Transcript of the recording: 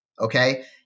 Okay